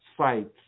sites